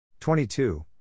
22